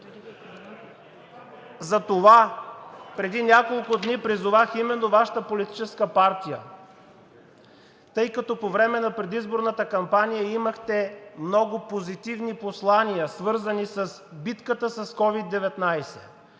Затова преди няколко дни призовах именно Вашата политическа партия, тъй като по време на предизборната кампания имахте много позитивни послания, свързани с битката с COVID-19,